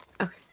Okay